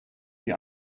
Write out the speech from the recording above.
die